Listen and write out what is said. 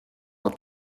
will